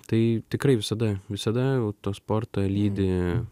tai tikrai visada visada autosportą lydi